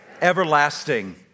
everlasting